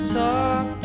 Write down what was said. talk